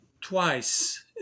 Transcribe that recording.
twice